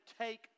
take